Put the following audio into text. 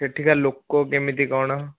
ସେଠିକା ଲୋକ କେମିତି କ'ଣ